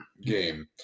Game